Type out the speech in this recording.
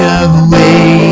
away